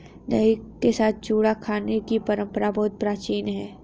दही के साथ चूड़ा खाने की परंपरा बहुत प्राचीन है